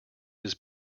his